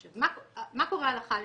עכשיו, מה קורה הלכה למעשה?